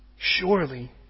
Surely